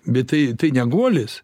bet tai tai ne guolis